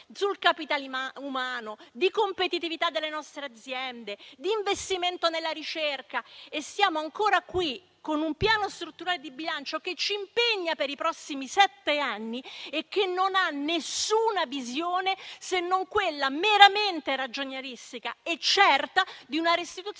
sul capitale umano, di competitività delle nostre aziende e di investimento nella ricerca. E siamo ancora qui, con un Piano strutturale di bilancio che ci impegna per i prossimi sette anni e che non ha nessuna visione, se non quella meramente ragionieristica e certa di una restituzione